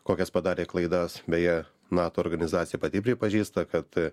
kokias padarė klaidas beje nato organizacija pati pripažįsta kad